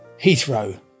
Heathrow